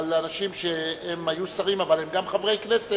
על אנשים שהיו שרים, אבל הם גם חברי הכנסת,